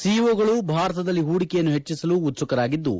ಸಿಇಒಗಳು ಭಾರತದಲ್ಲಿ ಹೂಡಿಕೆಯನ್ನು ಹೆಚ್ಚಿಸಲು ಉತ್ಸುಕರಾಗಿದ್ಲು